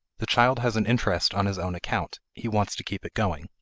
the child has an interest on his own account he wants to keep it going.